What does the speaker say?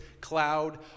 cloud